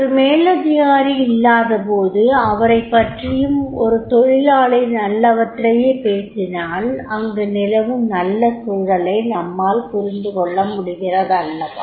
ஒரு மேலதிகாரி இல்லாதபோது அவரைப்பற்றியும் ஒரு தொழிலாளி நல்லவற்றையே பேசினால் அங்கு நிலவும் நல்ல சூழலை நம்மால் புரிந்துகொள்ளமுடிகிறதல்லவா